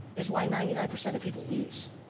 is why ninety nine percent of people lose.